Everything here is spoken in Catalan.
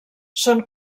són